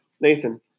nathan